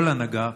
כל הנהגה,